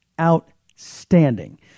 outstanding